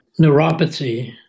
neuropathy